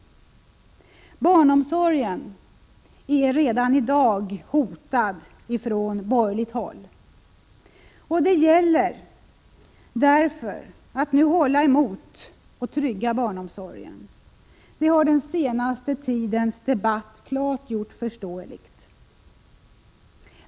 Barnomsorgen är redan i dag hotad från borgerligt håll. Det gäller därför att hålla emot och trygga barnomsorgen — det har den senaste tidens debatt klart gjort förståeligt.